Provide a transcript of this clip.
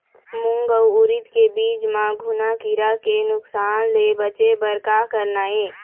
मूंग अउ उरीद के बीज म घुना किरा के नुकसान ले बचे बर का करना ये?